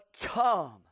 come